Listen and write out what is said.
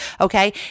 okay